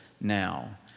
now